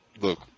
look